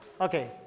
Okay